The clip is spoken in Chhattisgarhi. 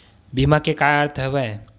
बीमा के का अर्थ हवय?